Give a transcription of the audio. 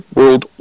World